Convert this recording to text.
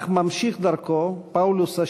אך ממשיך דרכו, פאולוס השישי,